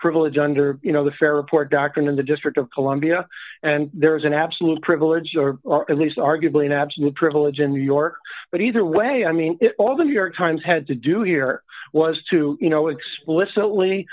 under you know the fairport doctrine in the district of columbia and there is an absolute privilege or at least arguably an absolute privilege in new york but either way i mean all the new york times had to do here was to you know explicitly